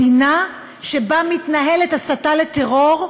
מדינה שבה מתנהלת הסתה לטרור,